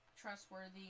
trustworthy